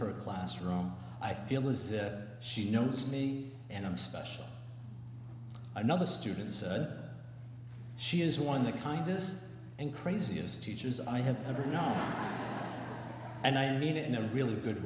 her classroom i feel is that she knows me and i'm special another student said she is one the kindest and craziest teachers i have ever known and i mean it in a really good